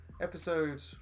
Episode